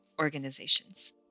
organizations